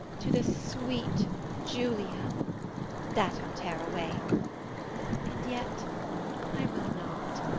to the sweet julia that i'll tear away and yet i will not,